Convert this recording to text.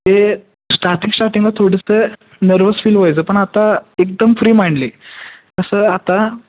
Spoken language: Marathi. ते स्टार्टिंग स्टार्टिंगला थोडसं नर्वस फील व्हायचं पण आता एकदम फ्री माइंडली तसं आता